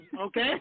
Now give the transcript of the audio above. okay